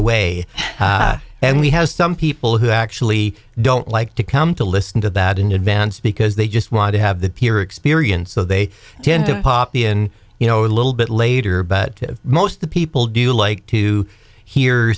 away and we have some people who actually don't like to come to listen to that in advance because they just want to have the peer experience so they tend to pop in you know a little bit later but most people do like to hear